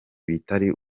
bitari